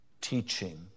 teaching